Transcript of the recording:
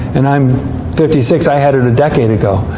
and i'm fifty six. i had it a decade ago.